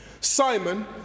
Simon